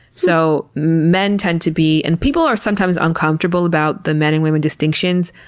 so, men tend to be and people are sometimes uncomfortable about the men and women distinctions.